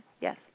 yes